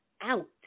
out